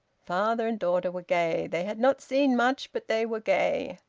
father and daughter were gay. they had not seen much, but they were gay.